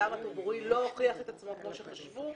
הדם הטבורי לא הוכיח את עצמו כמו שחשבו,